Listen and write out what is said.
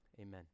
Amen